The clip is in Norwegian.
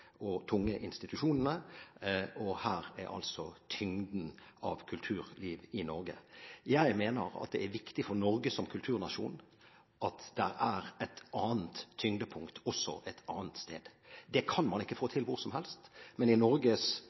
og tunge institusjonene, og her er altså tyngden av kultur i Norge. Jeg mener at det er viktig for Norge som kulturnasjon at det er et annet tyngdepunkt også et annet sted. Det kan man ikke få til hvor som helst, men i Norges